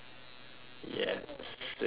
yes sing